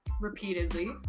Repeatedly